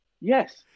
Yes